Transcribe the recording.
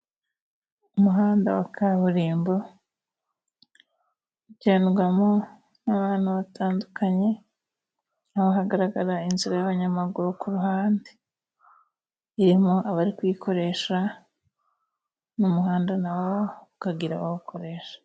Umuhanda wa kaburimbo ugendwamo n'abantu batandukanye ,aho hagaragara inzira y'abanyamaguru ku ruhande irimo abari kuyikoresha n'umuhanda na wo ukagira abawukoresha.